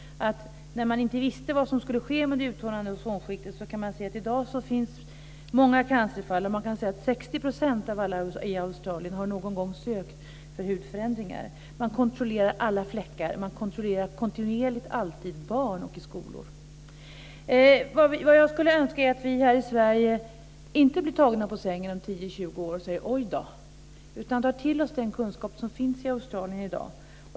Tidigare visste man inte vad som skulle ske med det uttunnande ozonskiktet, och i dag finns många cancerfall. 60 % av alla i Australien har någon gång sökt läkare för hudförändringar. Man kontrollerar alla fläckar. Man kontrollerar kontinuerligt barn i skolorna. Jag skulle önska att vi här i Sverige inte blir tagna på sängen om 10-20 år och säger: Oj då! Jag skulle önska att vi tar till oss den kunskap som finns i Australien i dag.